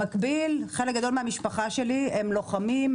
במקביל חלק גדול מהמשפחה שלי הם לוחמים,